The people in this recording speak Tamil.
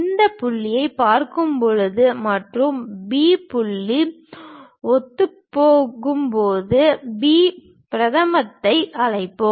இந்த புள்ளியைப் பார்க்கும்போது மற்றும் B புள்ளி ஒத்துப்போகும்போது B பிரதமத்தை அழைப்போம்